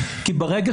כי ברגע